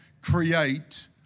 create